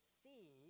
see